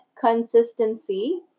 consistency